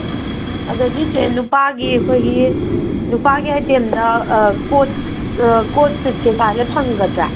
ꯑꯗꯒꯤ ꯆꯦ ꯅꯨꯄꯥꯒꯤ ꯑꯩꯈꯣꯏꯒꯤ ꯅꯨꯄꯥꯒꯤ ꯑꯥꯏꯇꯦꯝ ꯀꯣꯠ ꯁꯨꯠ ꯀꯩꯀꯥꯁꯦ ꯐꯪꯒꯗ꯭ꯔꯥ